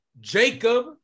Jacob